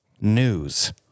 news